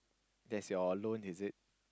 that's your loan is it